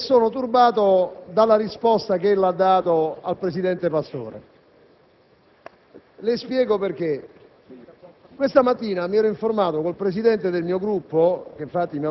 e vorremmo continuare a farlo, sono però turbato dalla risposta che Ella ha dato al presidente Pastore, le spiego perché.